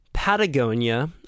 Patagonia